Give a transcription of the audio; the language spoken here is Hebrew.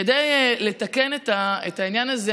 כדי לתקן את העניין הזה,